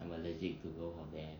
I'm allergic to both of them